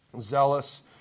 zealous